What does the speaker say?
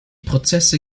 prozesse